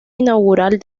inaugural